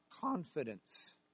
confidence